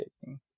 taking